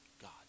God